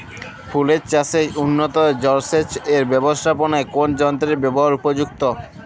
ফুলের চাষে উন্নত জলসেচ এর ব্যাবস্থাপনায় কোন যন্ত্রের ব্যবহার উপযুক্ত?